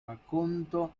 racconto